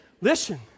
Listen